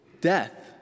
Death